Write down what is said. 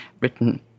written